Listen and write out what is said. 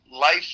life